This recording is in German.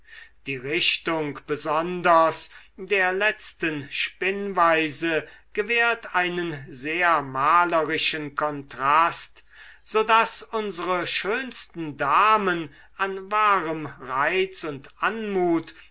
die richtung besonders der letzten spinnweise gewährt einen sehr malerischen kontrast so daß unsere schönsten damen an wahrem reiz und anmut